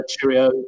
cheerio